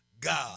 God